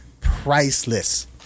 priceless